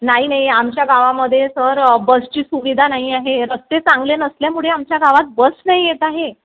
नाही नाही आमच्या गावामध्ये सर बसची सुविधा नाही आहे रस्ते चांगले नसल्यामुळे आमच्या गावात बस नाही येत आहे